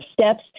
steps